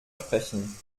sprechen